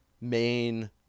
main